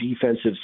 defensive